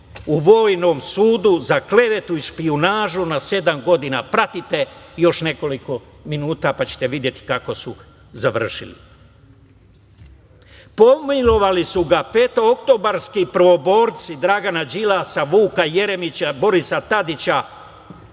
u vojnom sudu za klevetu i špijunažu na sedam godina. Pratite još nekoliko minuta, pa ćete videti kako su završili. Pomilovali su ga petooktobarski prvoborci Dragana Đilasa, Vuka Jeremića, Borisa Tadića